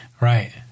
Right